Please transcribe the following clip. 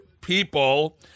people